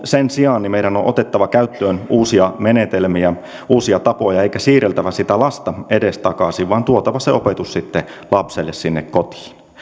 sen sijaan meidän on otettava käyttöön uusia menetelmiä ja uusia tapoja ei siirrellä sitä lasta edestakaisin vaan tuotava se opetus sitten lapselle sinne kotiin